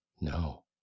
No